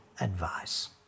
advice